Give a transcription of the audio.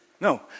No